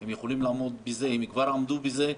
היא יכולה לעמוד בזה, היא כבר עמדה בזה,